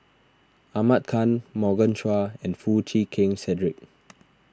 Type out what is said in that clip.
Ahmad Khan Morgan Chua and Foo Chee Keng Cedric